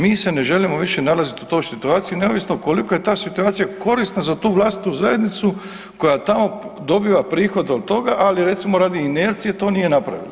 Mi se ne želimo više nalazit u toj situaciji, neovisno koliko je ta situacija korisna za tu vlastitu zajednicu koja tamo dobiva prihode od toga, ali recimo radi inercije to nije napravila.